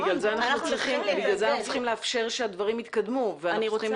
בגלל זה אנחנו צריכים לאפשר שהדברים יתקדמו ואנחנו צריכים